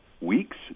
weeks